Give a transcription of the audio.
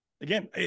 again